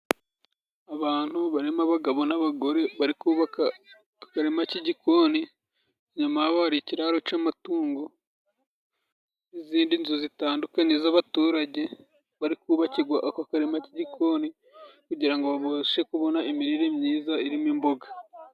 Abantu barimo abagabo n'abagore bari kubaka akarima k'igikoni, inyuma yabo hari ikiraro c'amatungo, izindi nzu zitandukanye z'abaturage barimo kubakirwa ako karima k'igikoni kugira ngo babashe kubona imirire myiza irimo imboga.